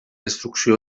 destrucció